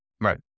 right